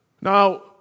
Now